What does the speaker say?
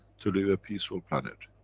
to live a peaceful planet.